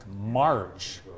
March